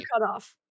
cutoff